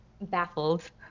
Baffled